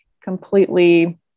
completely